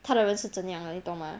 她的人是怎样了你懂吗